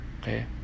okay